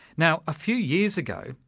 now a few years ago,